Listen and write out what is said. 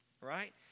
right